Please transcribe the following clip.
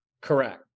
Correct